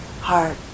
heart